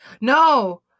No